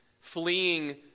fleeing